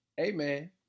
Amen